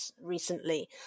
recently